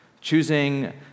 Choosing